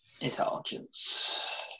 intelligence